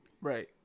right